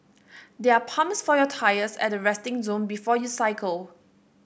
there are pumps for your tyres at the resting zone before you cycle